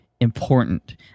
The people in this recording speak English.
important